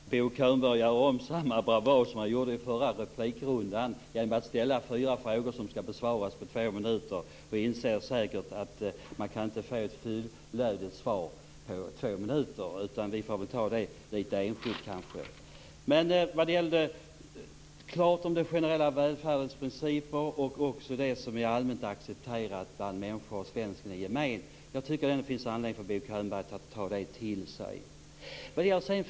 Herr talman! Bo Könberg gör om samma bravad som i förra replikrundan genom att ställa fyra frågor som skall besvaras på två minuter. Han inser säkert att det inte går att få ett fullödigt svar på två minuter. Vi får kanske ta den saken lite enskilt. Vad gäller att bringa klarhet i detta med den generella välfärdens principer och det som är allmänt accepterat bland människor och svensken i gemen tycker jag att det ändå finns anledning för Bo Könberg att ta till sig det här.